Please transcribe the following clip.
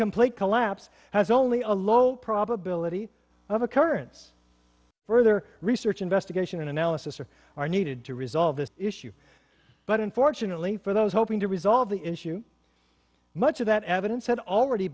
complete collapse has only a low probability of occurrence further research investigation and analysis are are needed to resolve this issue but unfortunately for those hoping to resolve the issue much of that evidence had already